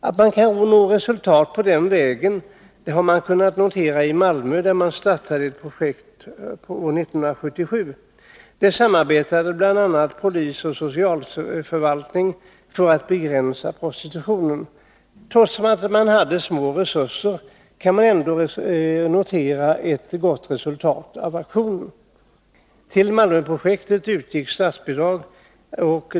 Att det är möjligt att nå resultat den vägen har kunnat noteras i Malmö, där man startade ett projekt 1977. Där samarbetade bl.a. polis och socialför valtning för att begränsa prostitutionen. Trots att man hade små resurser kunde man notera ett gott resultat av aktionen. Till Malmöprojektet utgick statsbidrag.